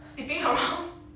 sleeping around